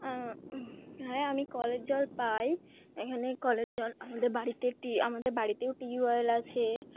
হ্যাঁ আমি কলের জল পাই এখানে কলের জল আমাদের বাড়িতে টি আমাদের বাড়িতেও টিউবওয়েল আছে